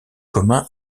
commun